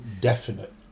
definite